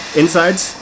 insides